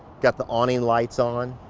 got the awning lights on.